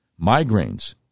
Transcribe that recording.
migraines